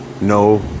No